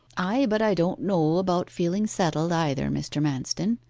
ay, but i don't know about feeling settled, either, mr. manston.